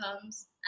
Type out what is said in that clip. comes